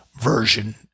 version